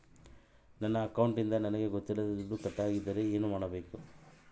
ನನ್ನ ಅಕೌಂಟಿಂದ ನನಗೆ ಗೊತ್ತಿಲ್ಲದೆ ದುಡ್ಡು ಕಟ್ಟಾಗಿದ್ದರೆ ಏನು ಮಾಡಬೇಕು?